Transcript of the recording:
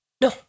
No